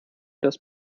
das